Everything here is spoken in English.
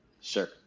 Sure